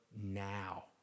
now